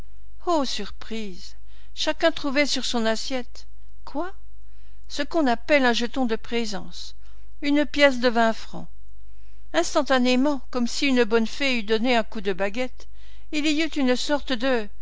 ô surprise chacun trouvait sur son assiette quoi ce qu'on appelle un jeton de présence une pièce de vingt francs instantanément comme si une bonne fée eût donné un coup de baguette il y eut une sorte de